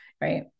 right